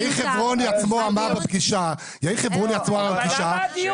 יאיר חברוני עצמו אמר בפגישה -- אבל למה הדיון הזה?